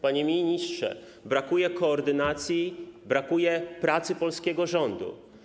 Panie ministrze, brakuje koordynacji, brakuje pracy polskiego rządu.